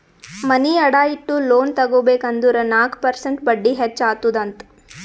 ಮನಿ ಅಡಾ ಇಟ್ಟು ಲೋನ್ ತಗೋಬೇಕ್ ಅಂದುರ್ ನಾಕ್ ಪರ್ಸೆಂಟ್ ಬಡ್ಡಿ ಹೆಚ್ಚ ಅತ್ತುದ್ ಅಂತ್